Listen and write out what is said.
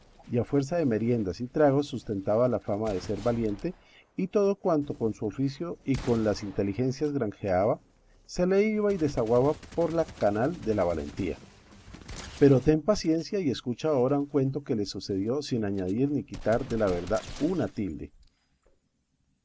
a fuerza de meriendas y tragos sustentaba la fama de ser valiente y todo cuanto con su oficio y con sus inteligencias granjeaba se le iba y desaguaba por la canal de la valentía pero ten paciencia y escucha ahora un cuento que le sucedió sin añadir ni quitar de la verdad una tilde